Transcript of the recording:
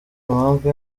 mpamvu